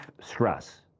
stress